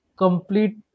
Complete